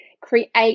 create